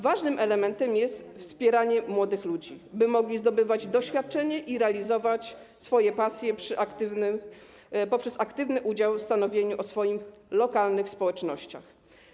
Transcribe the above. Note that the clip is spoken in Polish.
Ważnym elementem jest wspieranie młodych ludzi, by mogli zdobywać doświadczenie i realizować swoje pasje poprzez aktywny udział w stanowieniu o swoich lokalnych społecznościach.